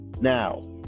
Now